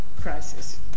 crisis